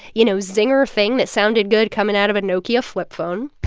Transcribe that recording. you know, zinger thing that sounded good coming out of a nokia flip phone